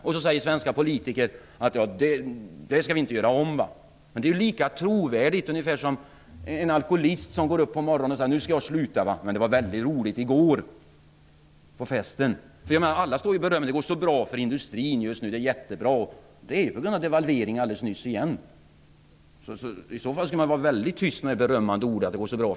Sedan säger svenska politiker att detta inte skall upprepas, men det är ju lika trovärdigt som en alkoholist som på morgonen när han stiger upp säger: Nu skall jag sluta, men det var väldigt roligt i går på festen. Alla säger att det går så bra för industrin just nu, att det går jättebra. Men det beror ju på devalveringen alldeles nyss. Om man var beredd att erkänna det, skulle man också vara väldigt tyst med självberömmande ord vad gäller industrin.